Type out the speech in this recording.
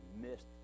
missed